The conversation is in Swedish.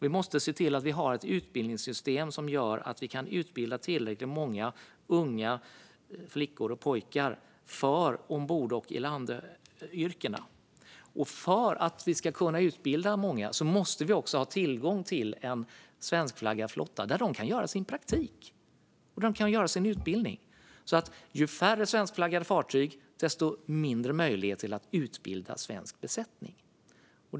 Vi måste se till att vi har ett utbildningssystem som gör att vi kan utbilda tillräckligt många unga flickor och pojkar för yrken ombord och på land. För att vi ska kunna utbilda många måste vi också ha tillgång till en svenskflaggad flotta där de kan göra sin praktik och genomgå sin utbildning. Ju färre svenskflaggade fartyg, desto mindre möjlighet att utbilda svensk besättning.